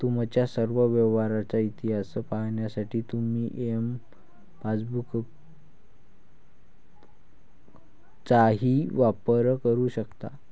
तुमच्या सर्व व्यवहारांचा इतिहास पाहण्यासाठी तुम्ही एम पासबुकचाही वापर करू शकता